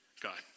God